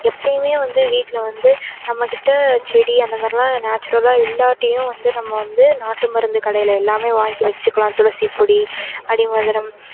எப்பமே வந்து வீட்டில் வந்து நம்ம கிட்ட செடி அந்த மாரிலாம் நேச்சுரலாக இல்லாட்டியும் வந்து நம்ம வந்து நாட்டு மருந்து கடையில எல்லாமே வாங்கி வச்சுக்கிலாம் துளசி பொடி அடிமதுரம்